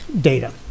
data